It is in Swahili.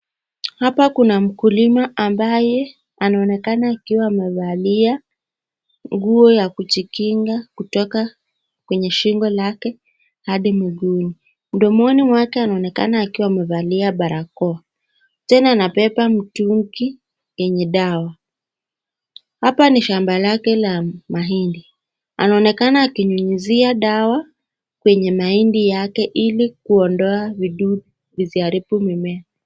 Hapa kuna mkulima ambaye anaonekana akiwa amevalia nguo ya kujikinga kutoka kwenye shingo lake hadi miguuni. Mdomoni anaonekana akiwa amevalia barakoa. Tena anabeba mtungi yenye dawa. Hapa ni shamba lake la mahindi. Anaonekana akinyunyizia dawa kwenye mahindi yake ili kuondoa vidudu visiharibu mimea.